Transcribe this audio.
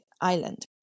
island